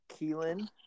Keelan